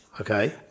Okay